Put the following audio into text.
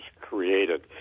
created